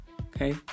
Okay